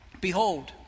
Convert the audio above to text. Behold